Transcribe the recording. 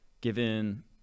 Given